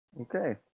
Okay